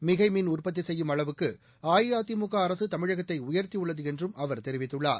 மிகைமின் உற்பத்தி செய்யும் அளவுக்கு அஇஅதிமுக அரசு தமிழகத்தை உயர்த்தியுள்ளது என்றும் அவர் தெரிவித்துள்ளார்